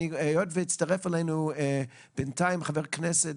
היות והצטרף אלינו בינתיים חבר הכנסת